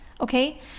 okay